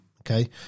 okay